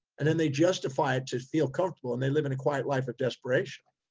and then they justify it to feel comfortable. and they live in a quiet life of desperation,